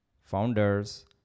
founders